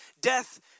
Death